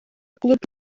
glwb